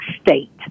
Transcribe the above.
state